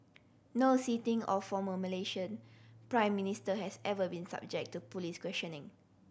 no sitting or former Malaysian Prime Minister has ever been subject to police questioning